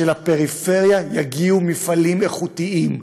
זה שלפריפריה יגיעו מפעלים איכותיים.